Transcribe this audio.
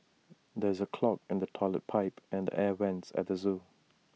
there is A clog in the Toilet Pipe and the air Vents at the Zoo